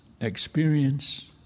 experience